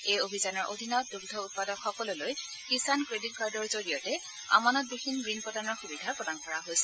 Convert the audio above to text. এই অভিযানৰ অধীনত দুগ্ধ উৎপাদকসকললৈ কিষাণ ক্ৰেডিট কাৰ্ডৰ জৰিয়তে আমানত বিহীন ঋণ প্ৰদানৰ সুবিধা দিয়া হৈছে